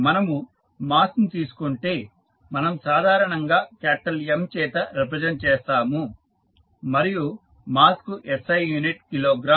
మనము మాస్ ను తీసుకుంటే మనం సాధారణంగా క్యాపిటల్ M చేత రిప్రజెంట్ చేస్తాము మరియు మాస్ కు SI యూనిట్ కిలోగ్రామ్